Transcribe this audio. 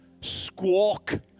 squawk